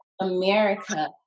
America